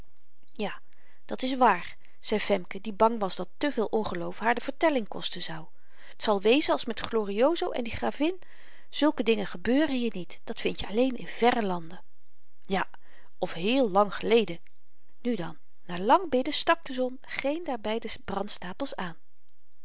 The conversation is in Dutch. ja dat s waar zei femke die bang was dat te veel ongeloof haar de vertelling kosten zou t zal wezen als met glorioso en die gravin zulke dingen gebeuren hier niet dat vind je alleen in verre landen ja of heel lang geleden nu dan na lang bidden stak de zon geen der beide brandstapels aan